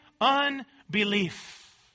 unbelief